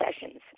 sessions